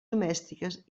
domèstiques